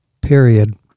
period